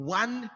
one